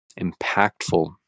impactful